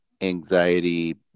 anxiety